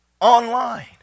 online